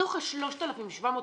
בתוך ה-3,700,